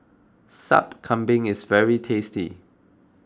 Sup Kambing is very tasty